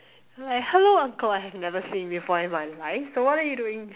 like hello uncle I have never seen before in my life so what are you doing